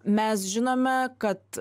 mes žinome kad